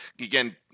again